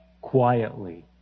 quietly